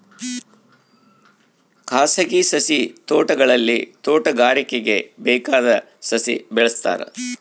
ಖಾಸಗಿ ಸಸಿ ತೋಟಗಳಲ್ಲಿ ತೋಟಗಾರಿಕೆಗೆ ಬೇಕಾದ ಸಸಿ ಬೆಳೆಸ್ತಾರ